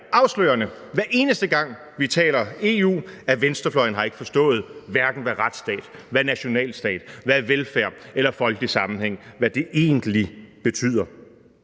afslørende, hver eneste gang vi taler EU, at venstrefløjen ikke har forstået, hvad retsstat, hvad nationalstat, velfærd eller folkesammenhæng egentlig betyder.